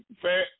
Fat